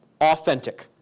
Authentic